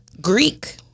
Greek